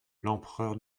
l’empereur